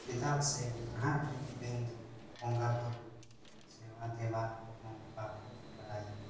ᱪᱮᱫᱟᱜ ᱥᱮ ᱱᱟᱦᱟᱜ ᱡᱩᱜᱽᱨᱮᱱ ᱫᱚ ᱵᱚᱸᱜᱟᱼᱵᱩᱨᱩ ᱥᱮᱵᱟᱼᱫᱮᱵᱟ ᱦᱚᱸ ᱵᱟᱠᱚ ᱵᱟᱲᱟᱭᱟ